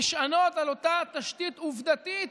נשענים על אותה תשתית עובדתית